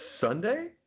Sunday